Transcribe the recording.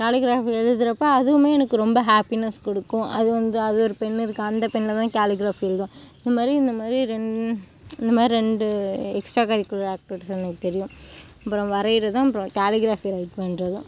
calligraphy எழுதுகிறப்ப அதுவுமே எனக்கு ரொம்ப ஹாப்பினஸ் கொடுக்கும் அது வந்து அது ஒரு பென்னிருக்கு அந்த பெனில்தான் கேலிக்ராஃபி எழுதுவேன் இந் மாதிரி இந்த மாதிரி இந்த மாதிரி ரெண்டு எக்ஸ்ட்ரா கரிக்குலர் ஆக்டிவிட்டிஸ் எனக்கு தெரியும் அப்புறம் வரைகிறதும் அப்புறம் கேலிக்ராஃபி ரைட் பண்ணுறதும்